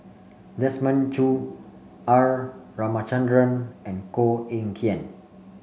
Desmond Choo R Ramachandran and Koh Eng Kian